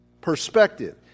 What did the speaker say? Perspective